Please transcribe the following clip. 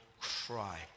cry